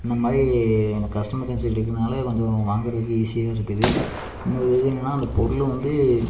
இந்த மாதிரி எனக்கு கஸ்டமர் கன்சல்ட் இருக்கறதுனால கொஞ்சம் வாங்குறதுக்கு ஈஸியாக இருக்குது இன்னும் ஒரு இது என்னென்னா அந்த பொருள் வந்து